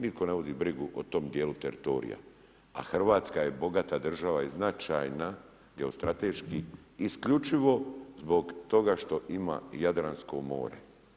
Nitko ne vodi brigu o tom djelu teritorija a Hrvatska je bogata država i značajna geostrateški isključivo zbog toga što ima Jadransko more.